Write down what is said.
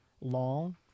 long